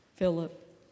Philip